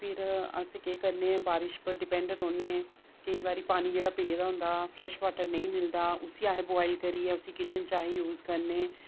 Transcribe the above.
फिर अस केह् करने बारिश उप्पर डिपैंड रौह्न्ने आं केईं बारी पानी जेह्ड़ा पेदा होंदा फ्रैश वाटर नेईं मिलदा उसी अस बुआइल करियै उसी अस किचन च अस यूज करने